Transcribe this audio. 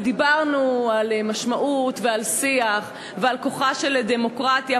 ודיברנו על משמעות ועל שיח ועל כוחה של דמוקרטיה,